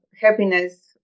happiness